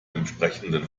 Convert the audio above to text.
entsprechenden